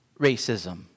racism